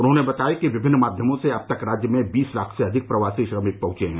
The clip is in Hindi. उन्होंने बताया कि विभिन्न माध्यमों से अब तक राज्य में बीस लाख से अधिक प्रवासी श्रमिक पहंच च्यके हैं